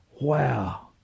Wow